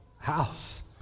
house